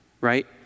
right